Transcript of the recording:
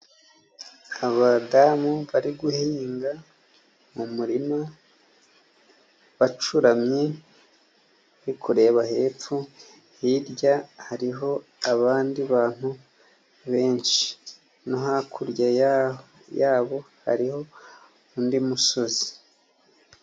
Abadamu bari guhinga mu murima bacuramye, bari kureba hepfo, hirya hariho abandi bantu benshi, no hakurya yabo hariho undi musozi.